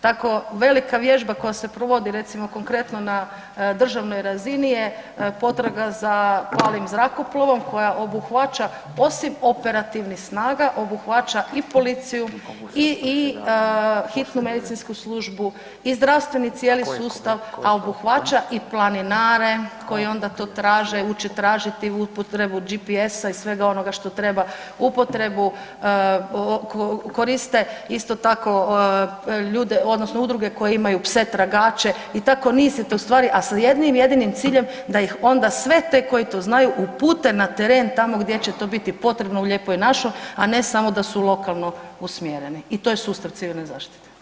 Tako velika vježba koja se provodi redimo konkretno na državnoj razini je potraga za palim zrakoplovom koja obuhvaća osim operativnih snaga obuhvaća i policiju i hitnu medicinsku službu i zdravstveni cijeli sustav, a obuhvaća i planinare koji onda to traže, uče tražiti, upotrebu GPS-a i svega onoga što treba, upotrebu, koriste isto tako ljude odnosno udruge koje imaju pse tragače i tako niz … [[Govornik se ne razumije]] a sa jednim jedinim ciljem da ih onda sve te koji to znaju upute na teren tamo gdje će to biti potrebno u lijepoj našoj, a ne samo da su lokano usmjereni i to je sustav civilne zaštite.